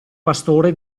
pastore